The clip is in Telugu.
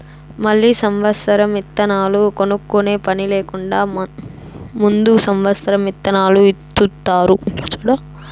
మళ్ళీ సమత్సరం ఇత్తనాలు కొనుక్కునే పని లేకుండా ముందు సమత్సరం ఇత్తనాలు ఇత్తుతారు